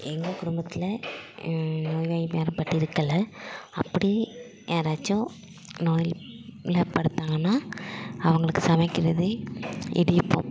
எங்கள் குடும்பத்தில் நோய்வாய் யாரும் பட்டிருக்கல்லை அப்படியே யாராச்சும் நோயில் படுத்தாங்கனால் அவங்களுக்கு சமைக்கிறது இடியப்பம்